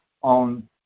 on